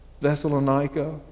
Thessalonica